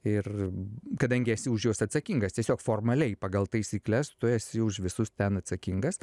ir kadangi esi už juos atsakingas tiesiog formaliai pagal taisykles tu esi už visus ten atsakingas